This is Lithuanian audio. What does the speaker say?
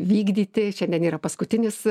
vykdyti šiandien yra paskutinis